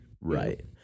Right